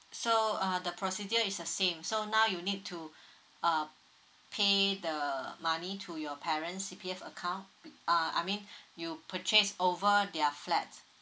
so uh the procedure is the same so now you need to uh pay the money to your parents C_P_F account uh I mean you purchase over their flat